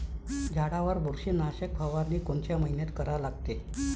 झाडावर बुरशीनाशक फवारनी कोनच्या मइन्यात करा लागते?